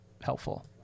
helpful